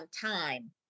time